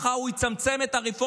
מחר הוא יצמצם את הרפורמה,